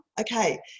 okay